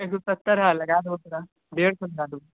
एक सए सत्तरि हँ लगा देबौ तोरा डेढ़ सए लगा देबौ